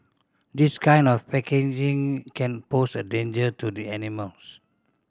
this kind of packaging can pose a danger to the animals